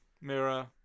mirror